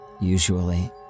Usually